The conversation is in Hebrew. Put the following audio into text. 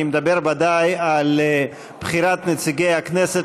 אני מדבר בוודאי על בחירת נציגי הכנסת